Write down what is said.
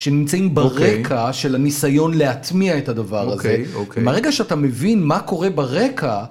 שנמצאים ברקע של הניסיון להטמיע את הדבר הזה, מהרגע שאתה מבין מה קורה ברקע...